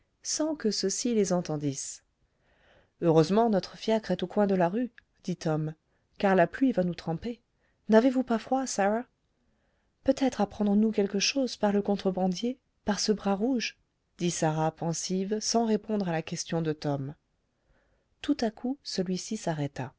sans que ceux-ci les entendissent heureusement notre fiacre est au coin de la rue dit tom car la pluie va nous tremper n'avez-vous pas froid sarah peut-être apprendrons nous quelque chose par le contrebandier par ce bras rouge dit sarah pensive sans répondre à la question de tom tout à coup celui-ci s'arrêta